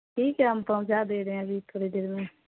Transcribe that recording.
ٹھیک ہے ہم پہنچا دے رہے ہیں ابھی تھوری دیر میں